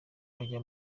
ukajya